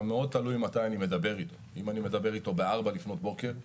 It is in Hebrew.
גם מאוד תלוי מתי אני מדבר איתו; אם אני מדבר איתו ב-4:00 לפנות בוקר,